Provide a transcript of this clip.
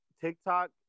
TikTok